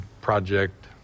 project